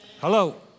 Hello